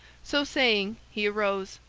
so saying he arose,